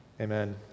Amen